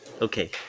Okay